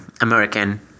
American